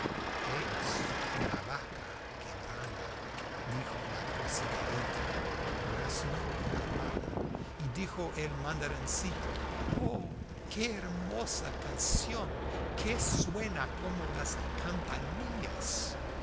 es una vaca que brama dijo la cocinerita graznó una rana y dijo el mandarincito oh qué hermosa canción que suena como las campanillas